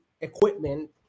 equipment